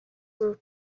were